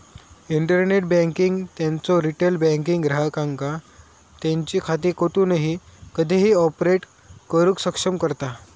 internet banking त्यांचो retail banking ग्राहकांका त्यांची खाती कोठूनही कधीही ऑपरेट करुक सक्षम करता